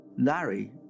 larry